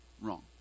wrong